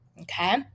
Okay